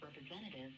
representative